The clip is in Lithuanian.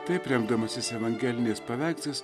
taip remdamasis evangeliniais paveikslas